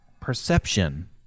perception